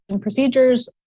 procedures